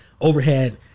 overhead